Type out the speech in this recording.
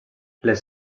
les